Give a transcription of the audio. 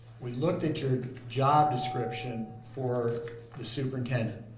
we looked at your job description for the superintendent,